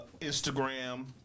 Instagram